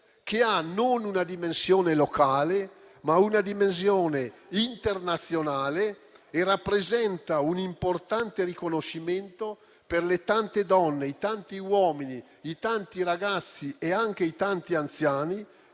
che non ha una dimensione locale ma internazionale e rappresenta un importante riconoscimento per le tante donne, i tanti uomini, i tanti ragazzi e anche i tanti anziani